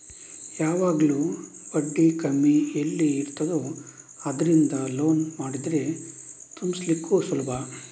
ಯಾವಾಗ್ಲೂ ಬಡ್ಡಿ ಕಮ್ಮಿ ಎಲ್ಲಿ ಇರ್ತದೋ ಅದ್ರಿಂದ ಲೋನ್ ಮಾಡಿದ್ರೆ ತುಂಬ್ಲಿಕ್ಕು ಸುಲಭ